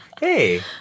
hey